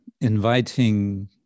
inviting